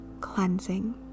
cleansing